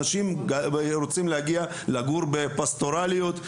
אנשים רוצים להגיע ולגור בפסטורליות,